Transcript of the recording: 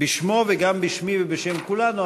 בשמו וגם בשמי ובשם כולנו,